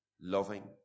loving